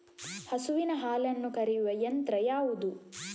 ಹಸುವಿನ ಹಾಲನ್ನು ಕರೆಯುವ ಯಂತ್ರ ಯಾವುದು?